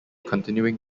continuing